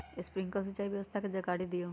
Sprinkler सिंचाई व्यवस्था के जाकारी दिऔ?